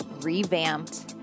revamped